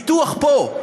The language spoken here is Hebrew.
הפיתוח פה.